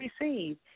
receive